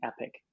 epic